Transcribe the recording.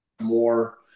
more